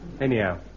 Anyhow